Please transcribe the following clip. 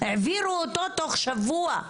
העבירו אותו תוך שבוע,